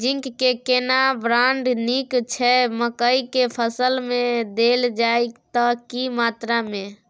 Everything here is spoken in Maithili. जिंक के केना ब्राण्ड नीक छैय मकई के फसल में देल जाए त की मात्रा में?